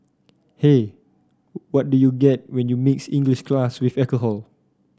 hey what do you get when you mix English class with alcohol